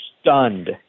stunned